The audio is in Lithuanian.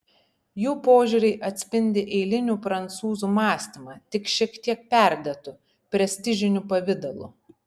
jų požiūriai atspindi eilinių prancūzų mąstymą tik šiek tiek perdėtu prestižiniu pavidalu